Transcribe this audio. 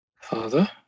Father